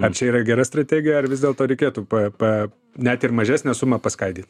ar čia yra gera strategija ar vis dėlto reikėtų pa pa net ir mažesnę sumą paskaidyt